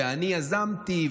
ואני יזמתי,